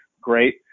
Great